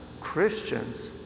Christians